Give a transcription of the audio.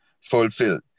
fulfilled